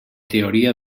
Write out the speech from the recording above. teoria